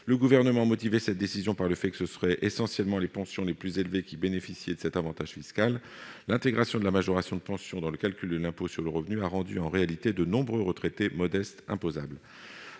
Le Gouvernement motivait cette décision par le fait que c'était essentiellement les pensions les plus élevées qui bénéficiaient de cet avantage fiscal. L'intégration de la majoration de pension dans le calcul de l'impôt sur le revenu a rendu en réalité de nombreux retraités modestes imposables.